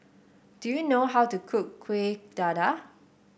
do you know how to cook Kuih Dadar